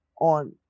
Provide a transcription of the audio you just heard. on